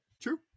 True